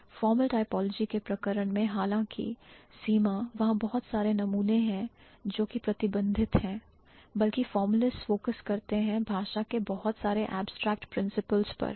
Formal typology के प्रकरण में हालांकि सीमा वहां बहुत सारे नमूने हैं जो कि प्रतिबंधित हैं बल्कि formalists फोकस करते हैं भाषा के बहुत सारे abstract principles पर